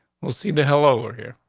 we'll see the hell over here.